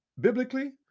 biblically